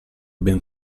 ben